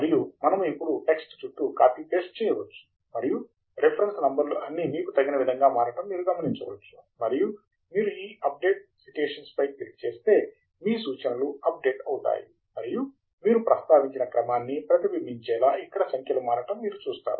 మరియు మనము ఇప్పుడు టెక్స్ట్ చుట్టూ కాపీ పేస్ట్ చేయవచ్చు మరియు రిఫరెన్స్ నంబర్లు అన్నీ మీకు తగిన విధంగా మారడం మీరు గమనించవచ్చు మరియు మీరు ఈ అప్ డేట్ సైటేషన్స్ పై క్లిక్ చేస్తే మీ సూచనలు అప్ డేట్ అవుతాయి మరియు మీరు ప్రస్తావించిన క్రమాన్ని ప్రతిబింబించేలా ఇక్కడ సంఖ్యలు మారటం మీరు చూస్తారు